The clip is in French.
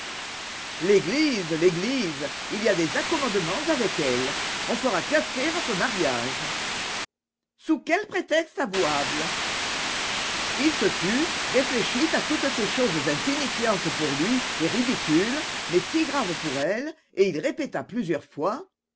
l'église l'église il y a des accommodements avec elle on fera casser votre mariage sous quel prétexte avouable il se tut réfléchit à toutes ces choses insignifiantes pour lui et ridicules mais si graves pour elle et il répéta plusieurs fois